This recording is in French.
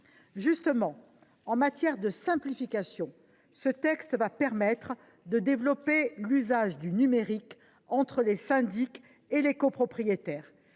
Justement, en matière de simplification, ce projet de loi permettra de développer l’usage du numérique entre les syndics et les copropriétaires.